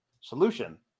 Solution